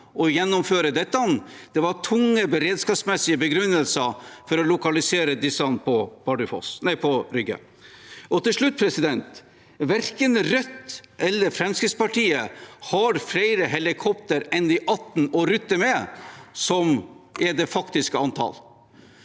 å gjennomføre dette. Det var tunge beredskapsmessige begrunnelser for å lokalisere disse på Rygge. Til slutt: Verken Rødt eller Fremskrittspartiet har flere helikoptre å rutte med enn de 18, som er det faktiske antall.